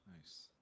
Nice